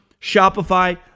Shopify